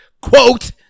Quote